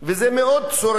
זה מאוד צורם